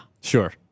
Sure